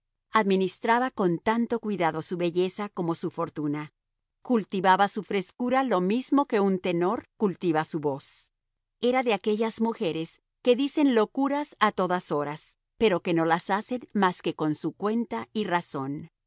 administraba con tanto cuidado su belleza como su fortuna cultivaba su frescura lo mismo que un tenor cultiva su voz era de aquellas mujeres que dicen locuras a todas horas pero que no las hacen más que con su cuenta y razón